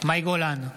מאי גולן,